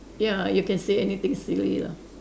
ya you can say anything silly lah